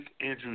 Andrew